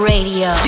Radio